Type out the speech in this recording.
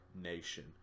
nation